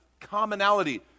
commonality